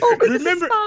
Remember